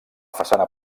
façana